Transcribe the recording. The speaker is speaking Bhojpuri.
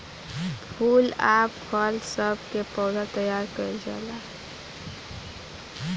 फूल आ फल सब के पौधा तैयार कइल जाला